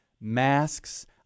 masks